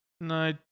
No